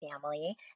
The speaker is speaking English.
family